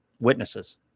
witnesses